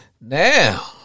Now